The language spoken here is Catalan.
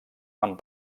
amb